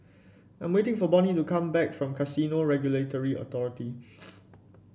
I'm waiting for Bonny to come back from Casino Regulatory Authority